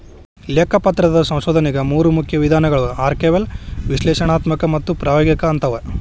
ಲೆಕ್ಕಪತ್ರದ ಸಂಶೋಧನೆಗ ಮೂರು ಮುಖ್ಯ ವಿಧಾನಗಳವ ಆರ್ಕೈವಲ್ ವಿಶ್ಲೇಷಣಾತ್ಮಕ ಮತ್ತು ಪ್ರಾಯೋಗಿಕ ಅಂತವ